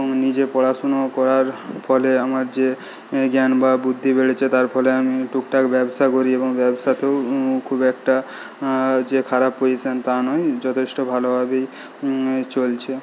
এবং নিজে পড়াশোনা করার ফলে আমার যে জ্ঞান বা বুদ্ধি বেড়েছে তার ফলে আমি টুকটাক ব্যবসা করি এবং ব্যবসাতেও খুব একটা যে খারাপ পজিশনে তা নয় যথেষ্ট ভালোভাবেই চলছে